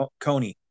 Kony